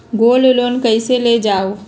Gold loan कईसे लेल जाहु?